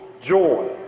joy